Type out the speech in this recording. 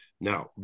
Now